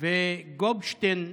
וגופשטיין,